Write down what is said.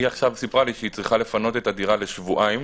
היא עכשיו סיפרה לי שהיא צריכה לפנות את הדירה לשבועיים,